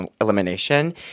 elimination